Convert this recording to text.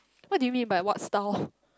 what do you mean by what style